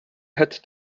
had